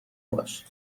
باش